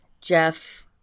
jeff